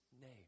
name